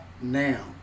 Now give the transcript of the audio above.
now